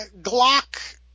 Glock